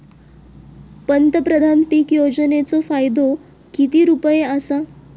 पंतप्रधान पीक योजनेचो फायदो किती रुपये आसा?